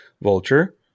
Vulture